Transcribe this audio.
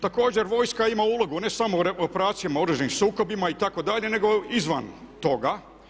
Također vojska ima ulogu ne samo u operacijama, oružanim sukobima itd. nego i izvan toga.